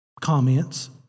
comments